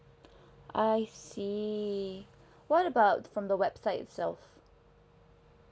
I see what about from the website itself